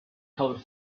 could